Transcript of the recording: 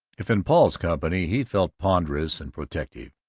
if in paul's company he felt ponderous and protective,